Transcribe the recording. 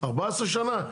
14 שנה.